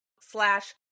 slash